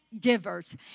Givers